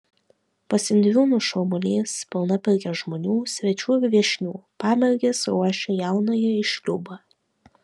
pas indriūnus šurmulys pilna pirkia žmonių svečių ir viešnių pamergės ruošia jaunąją į šliūbą